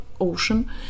ocean